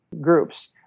groups